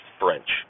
French